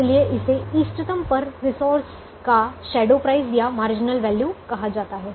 इसलिए इसे इष्टतम पर रिसोर्स का शैडो प्राइस या मार्जिनल वैल्यू कहा जाता है